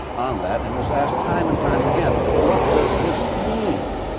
on that and was asked time and time again, what does this mean?